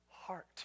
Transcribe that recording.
heart